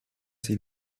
sie